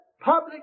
public